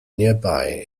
nearby